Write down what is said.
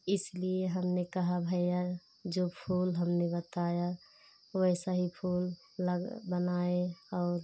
इसलिए हमने कहा भैया जो फूल हमने बताया वैसा ही फूल लग बनाएं और